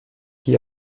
qui